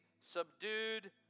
subdued